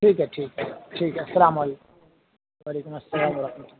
ٹھیک ہے ٹھیک ٹھیک ہے السلام علیکم وعلیکم السلام و رحمۃ اللہ